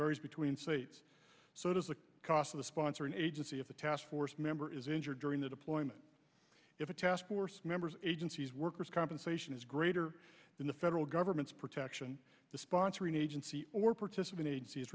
varies between states so does the cost of the sponsor an agency if the task force member is injured during the deployment if a task force members agency's workers compensation is greater than the federal government's protests the sponsoring agency or participant agenc